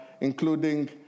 including